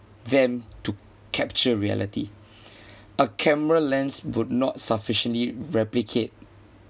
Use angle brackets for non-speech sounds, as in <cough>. them to capture reality <breath> a camera lens would not sufficiently replicate